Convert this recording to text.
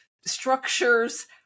structures